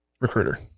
Recruiter